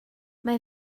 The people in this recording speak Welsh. mae